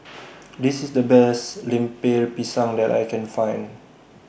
This IS The Best Lemper Pisang that I Can Find